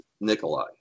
Nikolai